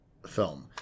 film